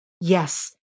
Yes